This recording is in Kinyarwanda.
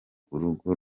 urugo